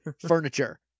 furniture